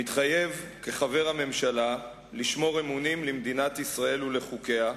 מתחייב כחבר הממשלה לשמור אמונים למדינת ישראל ולחוקיה,